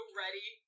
ready